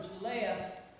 left